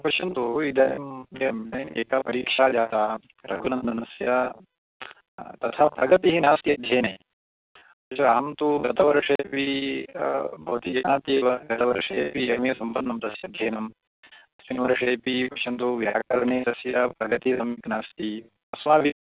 पश्यन्तु इदानीम् M A एका परीक्षा जाता रघुनन्दनस्य तथा प्रगतिः नास्ति अध्ययने अहं तु गतवर्षेपि भवती जानाति एव गतवर्षे अपि एम् ए सम्पन्नं तस्य अध्ययनम् अस्मिन् वर्षेपि पश्यन्तु व्याकरणे तस्य प्रगतिः सम्यक् नास्ति अस्माभिः